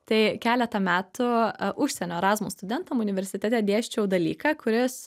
tai keletą metų užsienio erasmus studentam universitete dėsčiau dalyką kuris